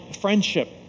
friendship